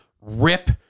rip